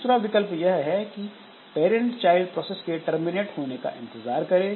दूसरा विकल्प यह है कि पैरंट चाइल्ड प्रोसेस के टर्मिनेट होने का इंतजार करें